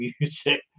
music